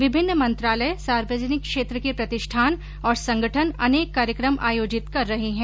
विभिन्न मंत्रालय सार्वजनिक क्षेत्र के प्रतिष्ठान और संगठन अनेक कार्यक्रम आयोजित कर रहे हैं